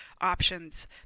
options